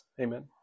amen